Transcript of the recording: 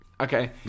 Okay